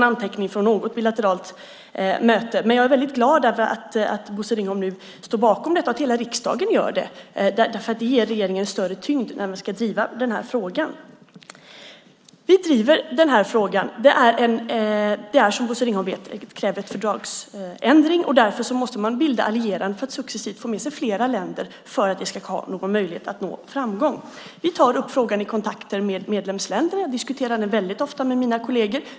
Jag är dock väldigt glad över att Bosse Ringholm och hela riksdagen nu står bakom detta. Det ger regeringen en större tyngd när vi ska driva frågan. Vi driver frågan. Det kräver som Bosse Ringholm vet en fördragsändring, och därför måste man bilda allianser för att successivt få med sig flera länder, annars har vi ingen möjlighet att nå framgång. Vi tar upp frågan i kontakter med medlemsländerna. Jag diskuterar den väldigt ofta med mina kolleger.